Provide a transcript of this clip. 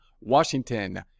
Washington